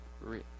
rich